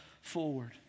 forward